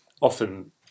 often